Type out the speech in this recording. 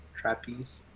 trapeze